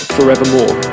Forevermore